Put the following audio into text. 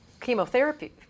chemotherapy